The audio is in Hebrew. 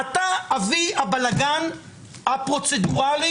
אתה מחזיר לי שאלה בשאלה.